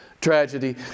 tragedy